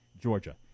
Georgia